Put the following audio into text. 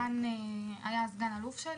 במשך שנה וחצי דן היה הסגן אלוף שלי,